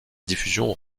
diffusion